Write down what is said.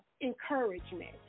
encouragement